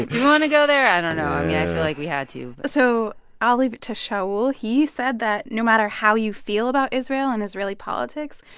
want to go there? i don't know. i mean, yeah i feel like we had to so i'll leave it to shaul. he said that no matter how you feel about israel and israeli politics,